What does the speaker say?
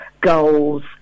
goals